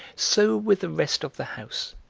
so with the rest of the house,